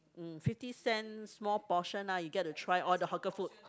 mm fifty cents small portion lah you get to try all the hawker food